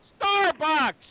Starbucks